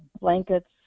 blankets